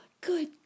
Good